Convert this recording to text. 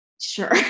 sure